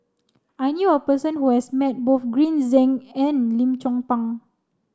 I knew a person who has met both Green Zeng and Lim Chong Pang